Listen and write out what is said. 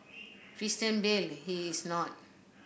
Christian Bale he is not